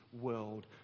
world